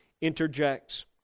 interjects